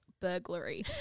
burglary